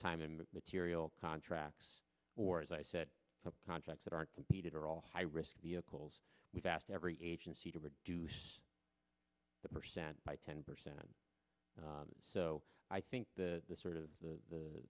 in material contracts or as i said the contracts that are competed are all high risk vehicles we've asked every agency to reduce the percent by ten percent so i think that the sort of the